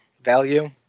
value